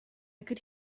could